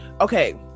okay